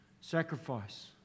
Sacrifice